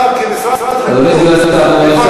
אתה כמשרד חינוך מברך,